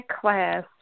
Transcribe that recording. class